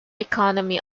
economy